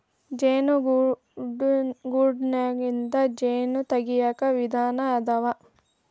ಜೇನು ಗೂಡನ್ಯಾಗಿಂದ ಜೇನ ತಗಿಯಾಕ ವಿಧಾನಾ ಅದಾವ